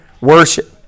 worship